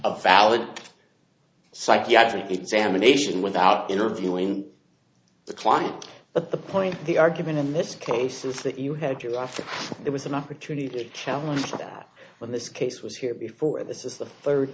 a valid psychiatric examination without interviewing the client but the point of the argument in this case is that you had to lie for it was an opportunity to challenge that when this case was here before this is the third